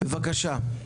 בבקשה.